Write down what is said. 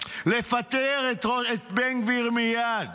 לפטר את בן גביר מייד,